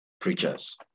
preachers